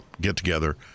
get-together